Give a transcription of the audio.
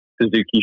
Suzuki